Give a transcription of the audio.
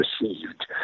received